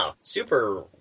super